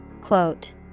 Quote